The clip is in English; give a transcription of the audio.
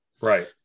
right